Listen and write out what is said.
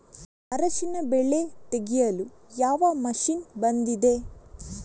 ಅರಿಶಿನ ಬೆಳೆ ತೆಗೆಯಲು ಯಾವ ಮಷೀನ್ ಬಂದಿದೆ?